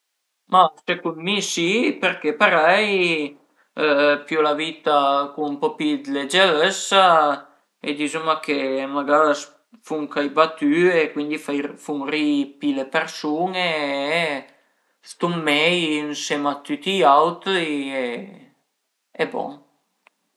Ma secund mi si perché parei pìu la vita cun ën po pi dë legërëssa e dizuma che magara fun cai batüe, fun ri-i pi le persun-e e stun mei ënsema a tüti i autri e bon